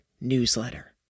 newsletter